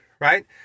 right